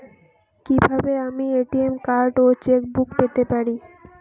কি কিভাবে আমি এ.টি.এম কার্ড ও চেক বুক পেতে পারি?